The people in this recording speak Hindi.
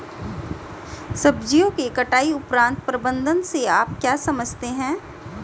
सब्जियों के कटाई उपरांत प्रबंधन से आप क्या समझते हैं?